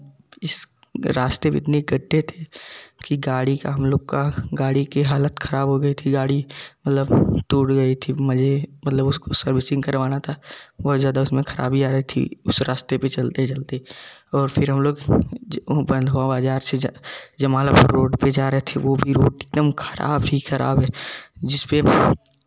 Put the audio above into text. रास्ते में इतने गड्ढे थे कि गाड़ी का हम लोग का गाड़ी की हालत खराब हो गई थी गाड़ी मतलब टूट गई थी मुझे मतलब उसको सर्विसिंग करवाना था बहुत ज़्यादा उसमें खराबी आ रही थी उस रास्ते पर चलते चलते और फिर हम लोग बाज़ार से जमाल वाले रोड पर जा रहे थे वह भी रोड एक दम खराब ही खराब है जिस पर